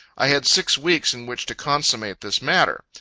i had six weeks, in which to consummate this matter.